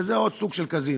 וזה עוד סוג של קזינו.